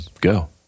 go